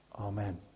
Amen